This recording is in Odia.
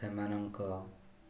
ସେମାନଙ୍କ